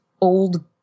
old